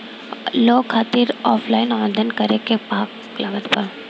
Loan खातिर offline आवेदन करे म का का लागत बा?